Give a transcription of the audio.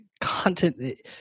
content